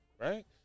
right